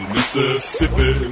Mississippi